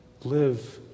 live